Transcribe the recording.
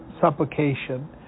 supplication